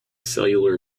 cellular